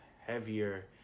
heavier